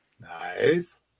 Nice